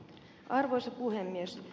arvoisa puhemies